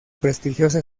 prestigiosa